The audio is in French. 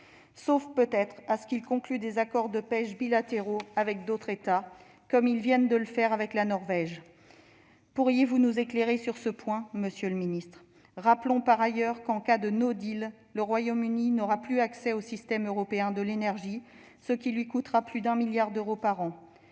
sauf, peut-être, à ce qu'ils concluent des accords de pêche bilatéraux avec d'autres États, comme ils viennent de le faire avec la Norvège. Pourriez-vous nous éclairer sur ce point, monsieur le secrétaire d'État ? Rappelons par ailleurs que, en cas de, le Royaume-Uni n'aura plus accès au système européen de l'énergie, ce qui lui coûtera plus d'un milliard d'euros par an.